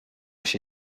się